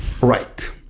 Right